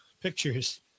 pictures